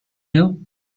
you